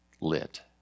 lit